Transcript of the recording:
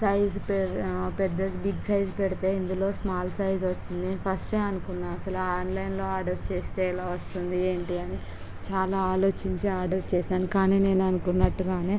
size పెద్దది big size పెడితే ఇందులో స్మాల్ సైజు వచ్చింది ఫస్టే అనుకున్నా ఆన్లైన్లో ఆర్డర్ చేస్తే ఎలా వస్తుంది ఏంటి అని చాలా అలోచించి ఆర్డర్ చేసాను కానీ నేను అనుకున్నట్టుగానే